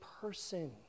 person